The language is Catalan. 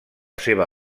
seva